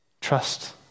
Trust